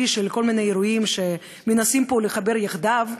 של כל מיני אירועים שמנסים פה לחבר יחדיו,